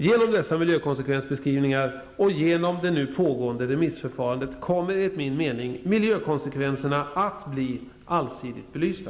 Genom dessa miljökonsekvensbeskrivningar och genom det nu pågående remissförfarandet kommer enligt min mening miljökonsekvenserna att bli allsidigt belysta.